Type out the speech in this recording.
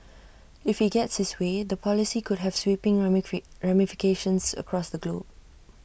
if he gets his way the policy could have sweeping ramifications across the globe